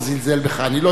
אני לא התרשמתי כך.